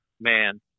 man